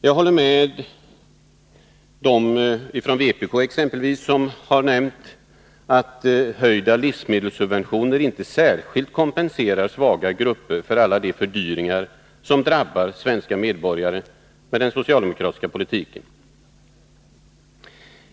Jag håller med dem — exempelvis från vpk — som framhållit att höjda livsmedelssubventioner inte särskilt kompenserar svaga grupper för alla de fördyringar som drabbar svenska medborgare med den socialdemokratiska politiken.